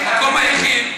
שהמקום היחיד,